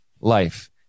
life